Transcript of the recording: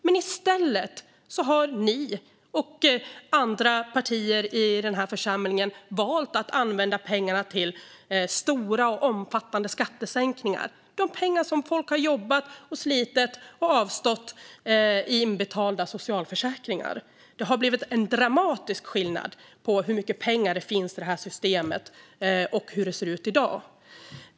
Men i stället har Moderaterna och andra partier i denna församling valt att använda pengarna till stora och omfattande skattesänkningar - de pengar som folk har jobbat och slitit för och avstått i inbetalda socialförsäkringar. Det har blivit en dramatisk skillnad på hur mycket pengar det finns i systemet och hur det ser ut i dag.